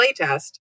playtest